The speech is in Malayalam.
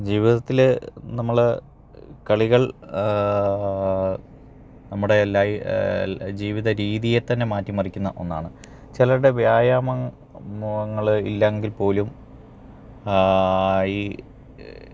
ജീവിതത്തില് നമ്മള് കളികൾ നമ്മുടെ ജീവിതരീതിയെത്തന്നെ മാറ്റിമറിക്കുന്ന ഒന്നാണ് ചിലരുടെ വ്യായാമ മങ്ങള് ഇല്ലങ്കിൽ പോലും